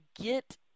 get